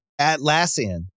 Atlassian